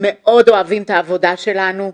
מאוד אוהבים את העבודה שלנו,